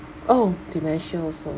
oh dementia also